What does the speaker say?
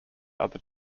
other